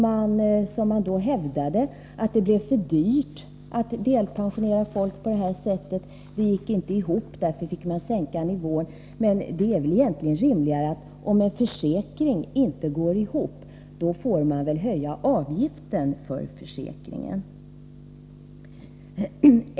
Man hävdade att det blev för dyrt att delpensionera folk på det här sättet — det gick inte ihop, och därför fick man sänka nivån. Men om en försäkring inte går ihop, får man väl höja avgiften för försäkringen!